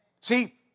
See